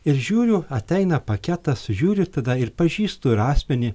ir žiūriu ateina paketas žiūriu tada ir pažįstu ir asmenį